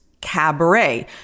Cabaret